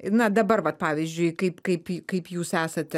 na dabar vat pavyzdžiui kaip kaip kaip jūs esate